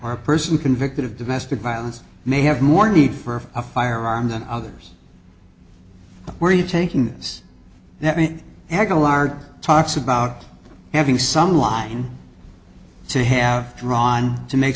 our person convicted of domestic violence may have more need for a firearm than others where are you taking us let me aguilar talks about having some wine to have drawn to make